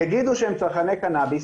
יגידו שהם צרכני קנאביס,